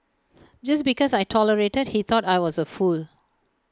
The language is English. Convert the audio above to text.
just because I tolerated he thought I was A fool